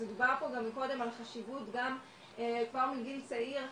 גם דובר פה מקודם על חשיבות גם כבר מגיל צעיר,